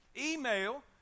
Email